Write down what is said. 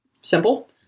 Simple